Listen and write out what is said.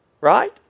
Right